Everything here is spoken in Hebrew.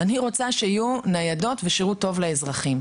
אני רוצה שיהיו ניידות ויהיה שירות טוב לאזרחים.